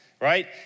Right